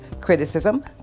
criticism